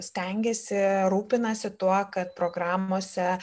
stengiasi rūpinasi tuo kad programose